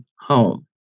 home